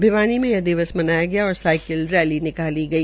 भिवानी मे यह दिवस मनाया गया और साइकिल रैली निकाली गई